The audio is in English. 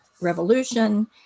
revolution